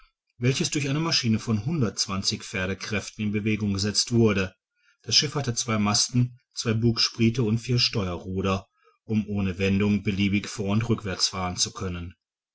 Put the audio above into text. welches durch eine maschine von pferdekräften in bewegung gesetzt wurde das schiff hatte zwei masten zwei bugspriete und vier steuerruder um ohne wendung beliebig vor und rückwärts fahren zu können